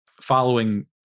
following